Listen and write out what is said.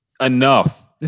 Enough